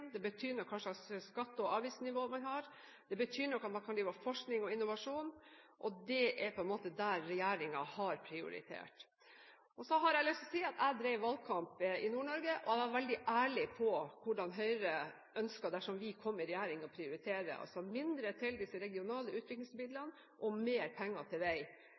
det betyr noe hva slags skatte- og avgiftsnivå man har, det betyr noe at man kan drive med forskning og innovasjon – og det er her regjeringen har prioritert. Så har jeg lyst til å si at jeg drev valgkamp i Nord-Norge, og jeg var veldig ærlig på hvordan Høyre ønsket å prioritere dersom vi kom i regjering, altså mindre til regionale utviklingsmidler og mer penger til vei.